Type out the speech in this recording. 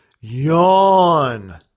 yawn